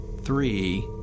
Three